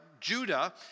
Judah